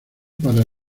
para